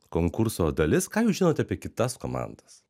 konkurso dalis ką jūs žinot apie kitas komandas